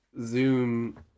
Zoom